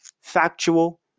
factual